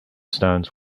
stones